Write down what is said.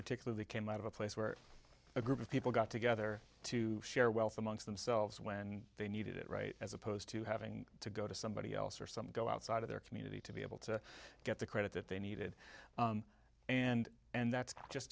particularly came out of a place where a group of people got together to share wealth amongst themselves when they needed it right as opposed to having to go to somebody else or some go outside of their community to be able to get the credit that they needed and and that's just